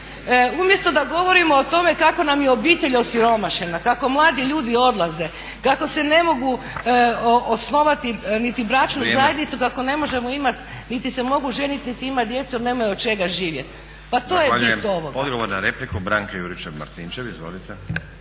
Umjesto da govorimo o tome kako nam je obitelj osiromašena, kako mladi ljudi odlaze, kako ne mogu osnovati niti bračnu zajednicu, kako ne možemo imat niti se mogu ženiti niti imat djecu jer nemaju od čega živjet. Pa to je bit ovoga.